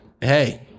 hey